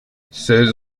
seize